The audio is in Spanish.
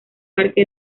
parque